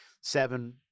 seven –